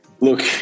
Look